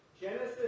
Genesis